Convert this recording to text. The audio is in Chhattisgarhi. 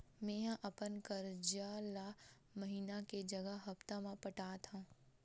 मेंहा अपन कर्जा ला महीना के जगह हप्ता मा पटात हव